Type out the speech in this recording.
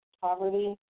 poverty